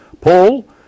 Paul